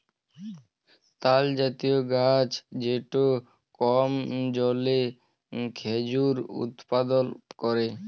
তালজাতীয় গাহাচ যেট কম জলে খেজুর উৎপাদল ক্যরে